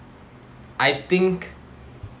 I think